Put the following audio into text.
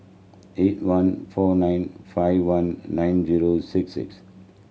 eight one four nine five one nine zero six six